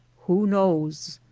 who knows?